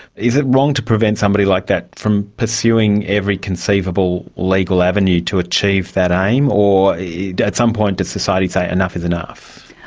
is it wrong to prevent somebody like that from pursuing every conceivable legal avenue to achieve that aim, or at some point does society say enough is enough?